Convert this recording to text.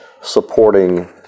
supporting